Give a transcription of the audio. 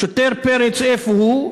השוטר פרץ, איפה הוא?